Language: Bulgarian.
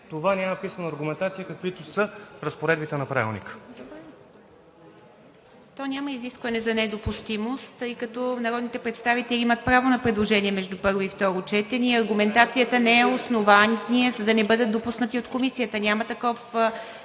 това няма писмена аргументация, каквито са разпоредбите на Правилника.